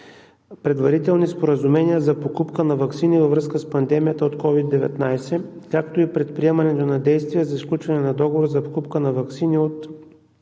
предварителни споразумения за покупка на ваксини във връзка с пандемията от COVID-19, както и предприемане на действия за сключване на договор за покупка на ваксини.